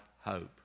hope